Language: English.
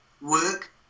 work